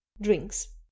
drinks